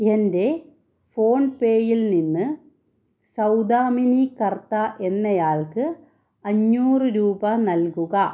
എൻ്റെ ഫോൺപേയിൽ നിന്ന് സൗദാമിനി കർത്ത എന്നയാൾക്ക് അഞ്ഞൂറ് രൂപ നൽകുക